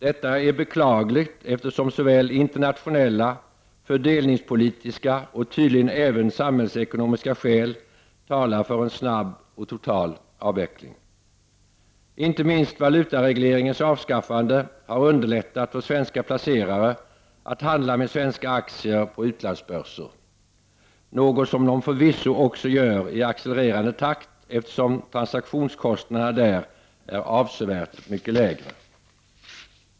Detta är beklagligt, eftersom såväl internationella, fördelningspolitiska och tydligen även samhällsekonomiska skäl talar för en snabb och total avveckling. Inte minst valutaregleringens avskaffande har underlättat för svenska placerare att handla med svenska aktier på utlandsbörser — något som de förvisso också gör i accelererande takt, eftersom transaktionskostnaderna där är avsevärt mycket lägre.